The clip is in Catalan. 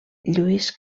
lluís